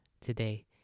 today